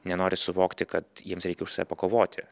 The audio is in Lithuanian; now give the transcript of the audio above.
nenori suvokti kad jiems reikia pakovoti